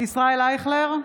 ישראל אייכלר,